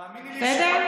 בסדר?